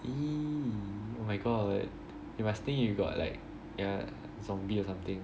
!ee! oh my god they must think you got like you're zombie or something